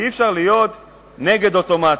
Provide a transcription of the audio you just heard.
אי-אפשר להיות נגד אוטומטי.